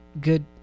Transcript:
good